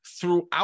throughout